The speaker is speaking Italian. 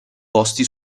posti